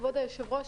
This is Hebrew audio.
כבוד היושב-ראש,